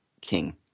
king